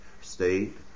state